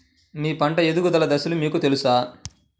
మీ పంట ఎదుగుదల దశలు మీకు తెలుసా?